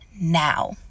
now